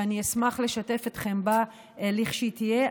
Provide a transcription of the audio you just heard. ואני אשמח לשתף אתכם בה כשהיא תהיה.